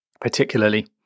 particularly